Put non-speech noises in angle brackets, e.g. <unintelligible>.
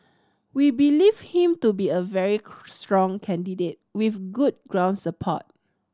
we believe him to be a very <unintelligible> strong candidate with good ground support